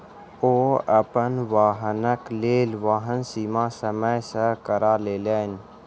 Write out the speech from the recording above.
ओ अपन वाहनक लेल वाहन बीमा समय सॅ करा लेलैन